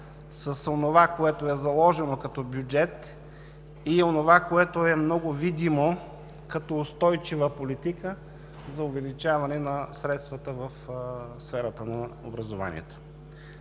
с онова, което е заложено като бюджет, и онова, което е много видимо като устойчива политика за увеличаване на средствата в сферата на образованието.